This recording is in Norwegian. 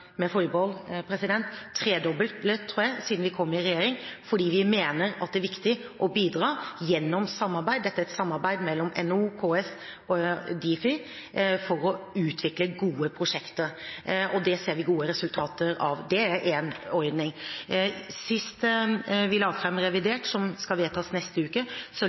med forbehold – tredoblet, tror jeg, siden vi kom i regjering, fordi vi mener at det er viktig å bidra gjennom samarbeid. Dette er et samarbeid mellom NHO, KS og Difi for å utvikle gode prosjekter, og det ser vi gode resultater av. Det er én ordning. I revidert, som skal vedtas neste uke,